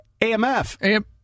AMF